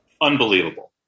Unbelievable